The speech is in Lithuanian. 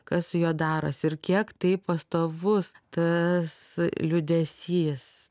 kas su juo darosi ir kiek tai pastovus tas liūdesys